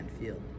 field